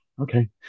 Okay